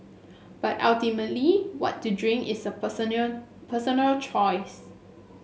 but ultimately what to drink is a personal choice